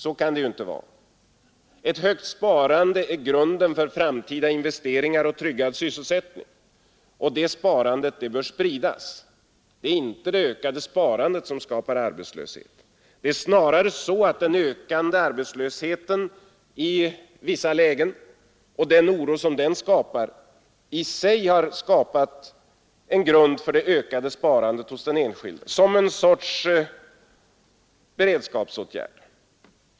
Så kan det ju inte vara. Ett högt sparande är grunden för framtida investeringar och tryggad sysselsättning. Och det sparandet bör spridas. Det är inte ett ökat sparande som skapar arbetslöshet. Det är snarare så, att den ökande arbetslösheten i vissa lägen och den oro som den skapar i sig har utgjort en grund för det ökade sparandet hos den enskilde, som en sorts beredskapsåtgärd.